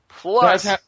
Plus